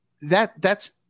that—that's